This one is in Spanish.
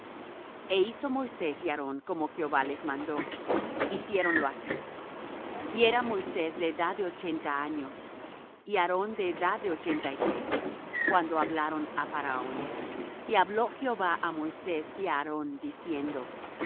e hizo moisés y aarón como jehová les mandó hiciéronlo así y era moisés de edad de ochenta años y aarón de edad de ochenta y tres cuando hablaron á faraón y habló jehová á moisés y á aarón diciendo